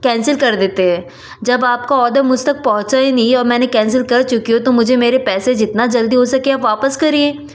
cancel कर देते जब आपका ऑर्डर मुझ तक पहुँचा ही नहीं और मैंने कैंसिल कर चुकी हूँ तो मुझे मेरे पैसे जितन जल्दी हो सके आप वापस करिए